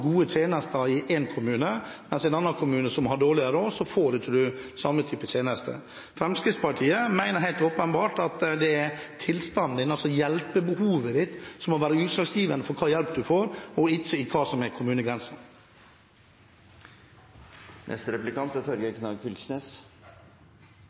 gode tjenester i en kommune, men i en annen kommune som har dårligere råd, får man ikke samme type tjenester. Fremskrittspartiet mener helt åpenbart at det er tilstanden, hjelpebehovet man har, som må være utslagsgivende for hva slags hjelp man får – ikke hva som er kommunegrensen.